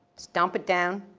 stomp it down,